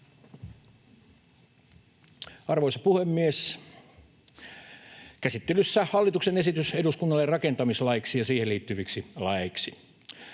Arvoisa puhemies! Käsittelyssä on hallituksen esitys eduskunnalle rakentamislaiksi ja siihen liittyviksi laeiksi.